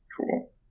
Cool